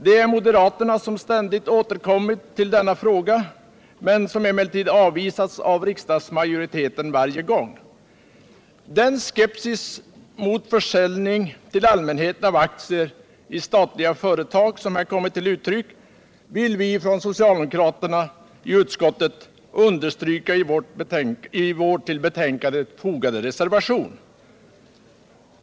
Det är moderaterna som ständigt återkommit till denna fråga, men deras krav har avvisats av riksdagsmajoriteten varje gång. Den skepsis mot försäljning till allmänheten av aktier i statliga företag som här kommer till uttryck vill vi från socialdemokraterna i utskottet understryka i vår till betänkandet fogade reservation.